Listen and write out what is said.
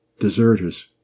Deserters